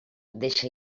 deixa